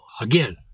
again